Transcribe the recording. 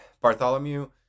Bartholomew